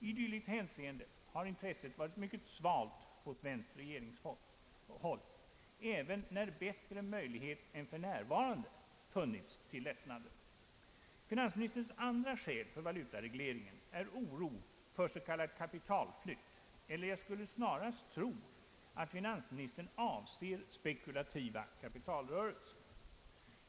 I dylikt hänseende har intresset varit mycket svalt på svenskt regeringshåll, även när bättre möjligheter än för närvarande funnits till lättnader. Finansministerns andra skäl för valutaregleringen är oro för s.k. kapitalflykt, eller jag skulle snarast tro att finansministern avser spekulativa kapitalrörelser.